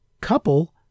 couple